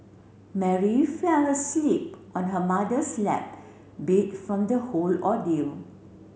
Mary fell asleep on her mother's lap beat from the whole ordeal